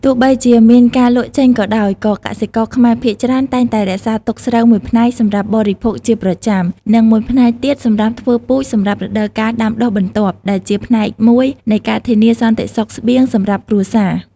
ទោះបីជាមានការលក់ចេញក៏ដោយ ក៏កសិករខ្មែរភាគច្រើនតែងតែរក្សាទុកស្រូវមួយផ្នែកសម្រាប់បរិភោគជាប្រចាំ និងមួយផ្នែកទៀតសម្រាប់ធ្វើពូជសម្រាប់រដូវកាលដាំដុះបន្ទាប់ ដែលជាផ្នែកមួយនៃការធានាសន្តិសុខស្បៀងសម្រាប់គ្រួសារ។